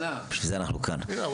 בשביל זה אנחנו כאן, טטיאנה.